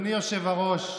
אדוני היושב-ראש,